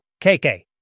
KK